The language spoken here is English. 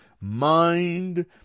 mind